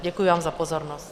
Děkuji vám za pozornost.